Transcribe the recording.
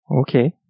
Okay